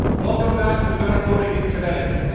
welcome back to better boating in connecticut.